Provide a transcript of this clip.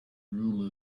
rule